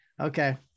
Okay